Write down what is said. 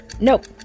Nope